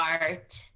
art